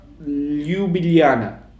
Ljubljana